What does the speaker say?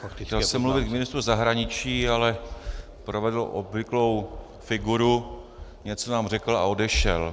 Chtěl jsem mluvit k ministru zahraničí, ale provedl obvyklou figuru, něco nám řekl a odešel.